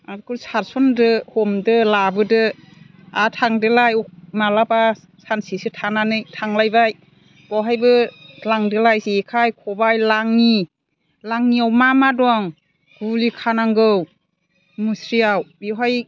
आरो बिखौ सारसनन्दो हमदो लाबोदो आरो थांदोलाय माब्लाबा सानसेसो थानानै थांलायबाय बेवहायबो लांदोलाय जेखाइ खबाइ लाङि लाङियाव मा मा दं गुलि खानांगौ मुस्रियाव बेवहाय